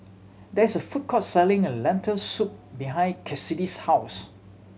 there is a food court selling a Lentil Soup behind Kassidy's house